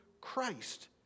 Christ